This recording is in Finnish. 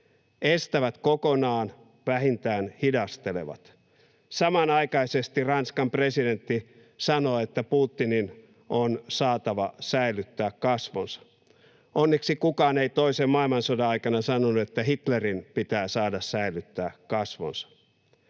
estävät kokonaan, vähintään hidastelevat. Samanaikaisesti Ranskan presidentti sanoo, että Putinin on saatava säilyttää kasvonsa. Onneksi kukaan ei toisen maailmansodan aikana sanonut, että Hitlerin pitää saada säilyttää kasvonsa.